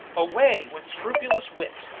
away with scrupulous wit,